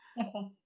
Okay